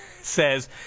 says